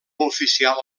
oficial